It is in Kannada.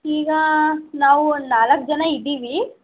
ಈಗ ನಾವು ಒಂದು ನಾಲ್ಕು ಜನ ಇದ್ದೀವಿ